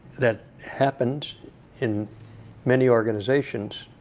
that happens in many organizations,